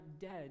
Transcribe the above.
dead